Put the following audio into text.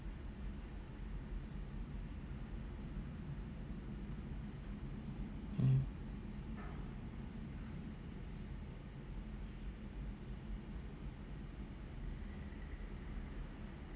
mm